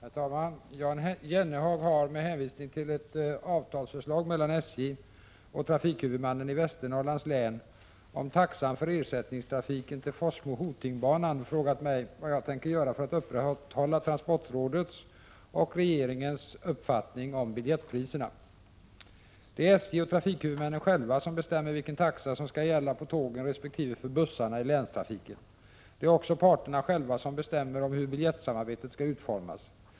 Herr talman! Jan Jennehag har, med hänvisning till ett förslag till avtal mellan SJ och trafikhuvudmannen i Västernorrlands län om taxan för ersättningstrafiken till Forsmo-Hoting-banan, frågat mig vad jag tänker göra för att upprätthålla transportrådets och regeringens uppfattning om biljettpriserna. Det är SJ och trafikhuvudmännen själva som bestämmer vilken taxa som skall gälla på tågen resp. för bussarna i länstrafiken. Det är också parterna själva som bestämmer om hur biljettsamarbetet skall utformas.